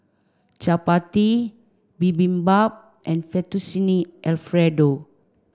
Chapati Bibimbap and Fettuccine Alfredo